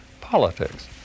politics